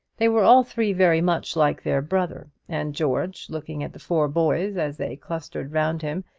they were all three very much like their brother and george, looking at the four boys as they clustered round him,